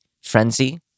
frenzy